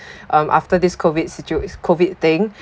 um after this COVID situa~ COVID thing